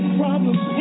problems